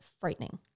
frightening